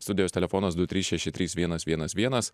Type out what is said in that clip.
studijos telefonas du trys šeši trys vienas vienas vienas